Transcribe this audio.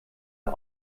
wir